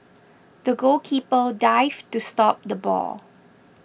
the goalkeeper dived to stop the ball